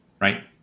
right